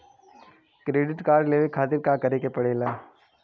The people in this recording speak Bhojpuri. क्रेडिट कार्ड लेवे खातिर का करे के पड़ेला?